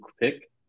pick